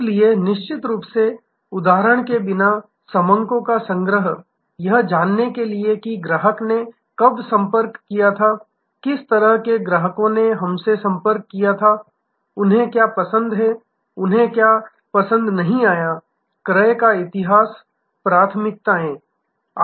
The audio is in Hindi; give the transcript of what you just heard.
इसलिए निश्चित रूप से उदाहरण के बिना समको का संग्रह यह जानने के लिए कि ग्राहक ने कब संपर्क किया किस तरह के ग्राहकों ने हमसे संपर्क किया उन्हें क्या पसंद है उन्हें क्या पसंद नहीं आया क्रय का इतिहास प्राथमिकताएं